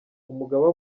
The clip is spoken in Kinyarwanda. umugaba